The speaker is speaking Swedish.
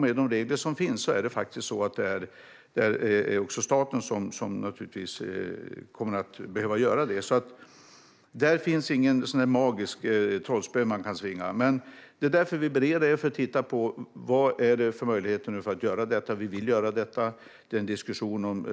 Med de regler som finns är det staten som kommer att behöva göra det. Det finns inget magiskt trollspö som man kan svinga. Det är därför vi bereder för att titta på: Vad är det för möjlighet att göra detta? Vi vill göra detta. Det är en diskussion.